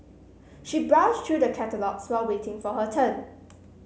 she browse through the catalogues while waiting for her turn